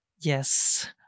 Yes